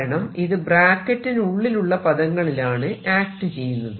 കാരണം ഇത് ബ്രാക്കറ്റിനുള്ളിലുള്ള പദങ്ങളിലാണ് ആക്ട് ചെയ്യുന്നത്